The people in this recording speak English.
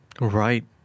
Right